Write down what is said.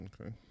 Okay